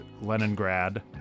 Leningrad